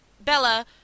Bella